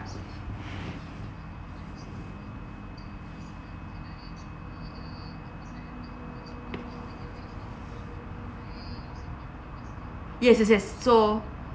yes yes yes so